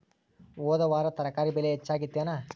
ಹೊದ ವಾರ ತರಕಾರಿ ಬೆಲೆ ಹೆಚ್ಚಾಗಿತ್ತೇನ?